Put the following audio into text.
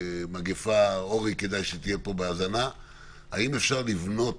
מגפה, האם אפשר לבנות